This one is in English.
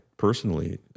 personally